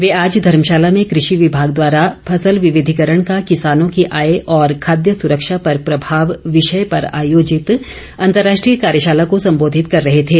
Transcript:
वे आज धर्मशाला में कृषि विभाग द्वारा फसल विविधिकरण का किसानों की आय और खाद्य सुरक्षा पर प्रभाव विषय पर आयोजित अंतर्राष्ट्रीय कार्यशाला को संबोधित कर रहे थे